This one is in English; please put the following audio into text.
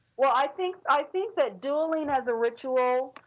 well, i think i think that dueling as a ritual,